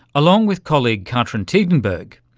along with colleague katrin tiidenberg,